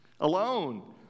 Alone